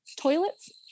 toilets